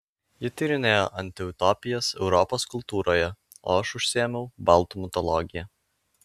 ji tyrinėjo antiutopijas europos kultūroje o aš užsiėmiau baltų mitologija